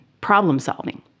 problem-solving